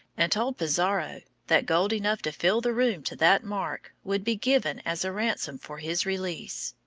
and told pizarro that gold enough to fill the room to that mark would be given as a ransom for his release.